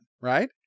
right